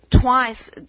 twice